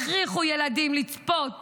הכריחו ילדים לצפות